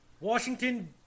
Washington